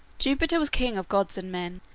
jupiter was king of gods and men.